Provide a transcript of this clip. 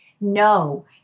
no